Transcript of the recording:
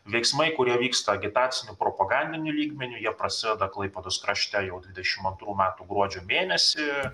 veiksmai kurie vyksta agitaciniu propagandiniu lygmeniu jie prasideda klaipėdos krašte jau dvidešim antrų metų gruodžio mėnesį